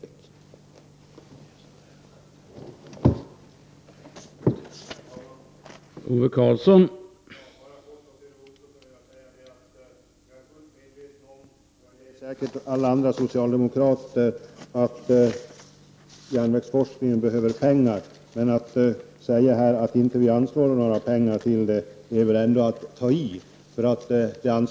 Varför det?